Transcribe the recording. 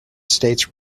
states